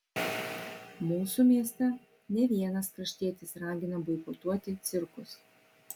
mūsų mieste ne vienas kraštietis ragina boikotuoti cirkus